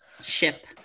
ship